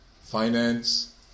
finance